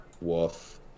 Woof